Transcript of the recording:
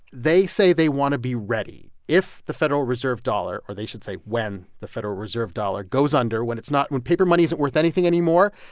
they say they want to be ready if the federal reserve dollar, or they should say when the federal reserve dollar goes under, when it's not when paper money isn't worth anything anymore,